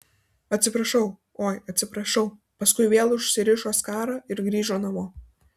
atsiprašau oi atsiprašau paskui vėl užsirišo skarą ir grįžo namo